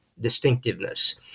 distinctiveness